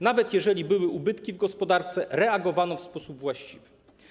Nawet jeżeli były ubytki w gospodarce, reagowano w sposób właściwy.